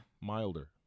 Milder